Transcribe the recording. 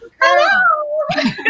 Hello